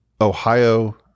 Ohio